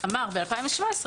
או ההתיישנות של הפנים שלו,